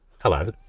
Hello